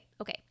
okay